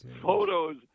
photos